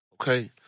Okay